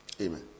Amen